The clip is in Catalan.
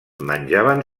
menjaven